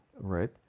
right